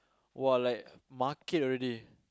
!wah! like market already